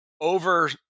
over